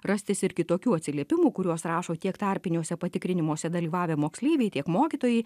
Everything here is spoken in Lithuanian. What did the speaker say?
rastis ir kitokių atsiliepimų kuriuos rašo tiek tarpiniuose patikrinimuose dalyvavę moksleiviai tiek mokytojai